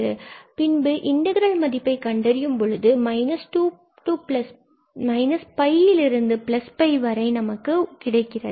நாம் பின்பு இன்டகிரல் மதிப்பை கண்டறியும் பொழுது to இங்கிருந்து நமக்கு கிடைக்கிறது